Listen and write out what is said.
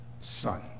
son